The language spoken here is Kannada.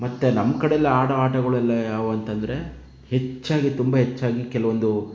ಮತ್ತು ನಮ್ಮ ಕಡೆ ಎಲ್ಲ ಆಡೋ ಆಟಗಳೆಲ್ಲ ಯಾವುವು ಅಂತಂದರೆ ಹೆಚ್ಚಾಗಿ ತುಂಬ ಹೆಚ್ಚಾಗಿ ಕೆಲವೊಂದು